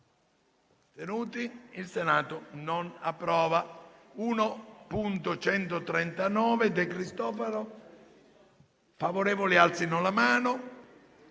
**Il Senato non approva**.